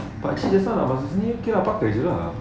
pakcik just now kira nak pakai jer lah